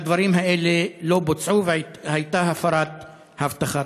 הדברים האלה לא בוצעו, והייתה הפרת הבטחה.